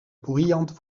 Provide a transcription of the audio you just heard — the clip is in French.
bruyantes